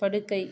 படுக்கை